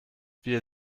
wir